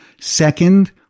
Second